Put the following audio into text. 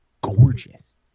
gorgeous